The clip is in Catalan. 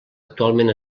actualment